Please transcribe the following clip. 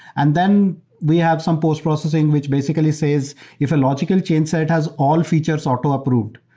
and then we have some post-processing, which basically says if a logical change set has all features auto approved,